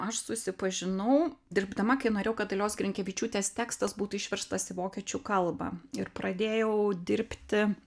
aš susipažinau dirbdama kai norėjau kad dalios grinkevičiūtės tekstas būtų išverstas į vokiečių kalbą ir pradėjau dirbti